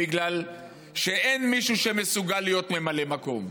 בגלל שאין מישהו שמסוגל להיות ממלא מקום.